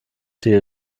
die